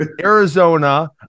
Arizona